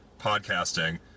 podcasting